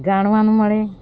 જાણવાનું મળે